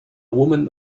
woman